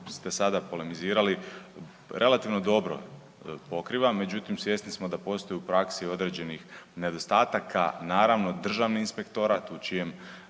ste sada polemizirali relativno dobro pokriva, međutim, svjesni smo da postoji u praksi određenih nedostataka. Naravno, Državni inspektorat u čijem,